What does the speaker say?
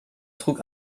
trug